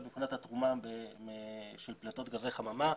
גם מבחינת התרומה של פליטות גזי חממה.